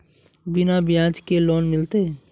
बिना ब्याज के लोन मिलते?